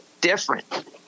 different